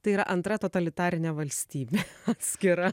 tai yra antra totalitarinė valstybė atskira